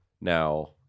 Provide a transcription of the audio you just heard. Now